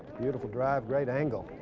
beautiful drive, great angle